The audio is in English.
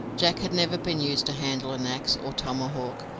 jack had never been used to handle an axe or tomahawk,